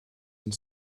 and